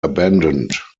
abandoned